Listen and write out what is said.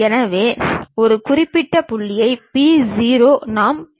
மேல் பக்க தோற்றமானது கிடைமட்ட தளத்தில் பிரதிபலிக்கப்படுகிறது